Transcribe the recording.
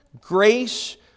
grace